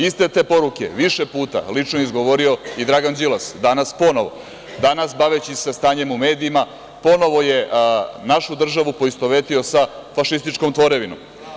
Iste te poruke više puta je lično izgovorio i Dragan Đilas danas ponovo, danas baveći se stanjem u medijima ponovo je našu državu poistovetio sa fašističkom tvorevinom.